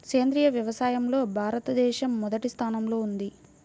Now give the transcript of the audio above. సేంద్రీయ వ్యవసాయంలో భారతదేశం మొదటి స్థానంలో ఉంది